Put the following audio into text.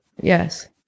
Yes